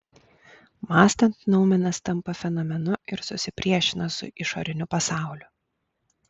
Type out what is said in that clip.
mąstant noumenas tampa fenomenu ir susipriešina su išoriniu pasauliu